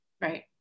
Right